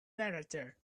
narrator